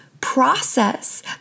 process